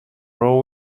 raw